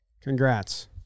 Congrats